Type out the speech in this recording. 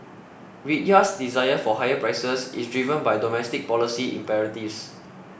Riyadh's desire for higher prices is driven by domestic policy imperatives